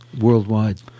Worldwide